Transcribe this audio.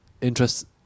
interest